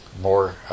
more